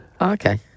Okay